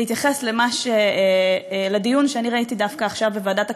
להתייחס דווקא לדיון שאני ראיתי עכשיו בוועדת הכספים,